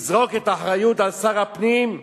לזרוק את האחריות על שר הפנים,